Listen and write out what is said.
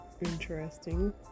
Interesting